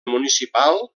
municipal